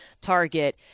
target